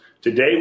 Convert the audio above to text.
Today